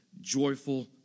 Joyful